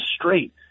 straight